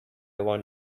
want